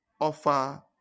offer